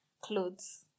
clothes